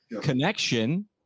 connection